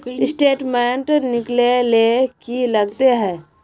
Statement निकले ले की लगते है?